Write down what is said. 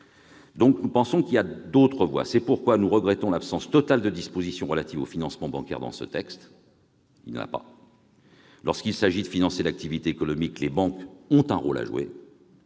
Nous pensons qu'il existe d'autres voies. C'est pourquoi nous regrettons l'absence totale de dispositions relatives au financement bancaire dans ce texte. Lorsqu'il s'agit de financer l'activité économique, les banques ont un rôle à jouer.,